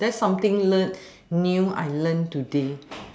that's something learnt new I learnt today